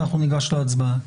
ואנחנו ניגש להצבעה.